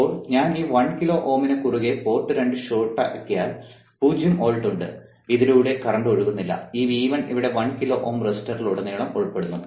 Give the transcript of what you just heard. ഇപ്പോൾ ഞാൻ ഈ 1 കിലോ Ω ന് കുറുകെ പോർട്ട് 2 ഷോർട്ട് ആക്കിയതിനാൽ 0 വോൾട്ട് ഉണ്ട് ഇതിലൂടെ കറന്റ് ഒഴുകുന്നില്ല ഈ V1 ഇവിടെ 1 കിലോ Ω റെസിസ്റ്ററിലുടനീളം ഉൾപ്പെടുന്നു